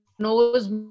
knows